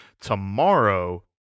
tomorrow